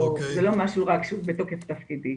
זה לא משהו שהוא רק בתוקף תפקידי.